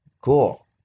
Cool